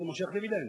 והוא מושך דיבידנד.